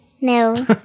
No